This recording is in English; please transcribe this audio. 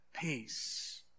peace